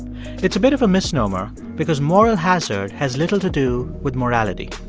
it's a bit of a misnomer because moral hazard has little to do with morality.